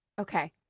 Okay